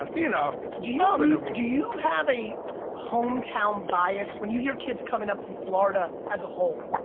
um you know. do you yeah do you have a hometown bias? when you hear kids coming up from florida as a whole,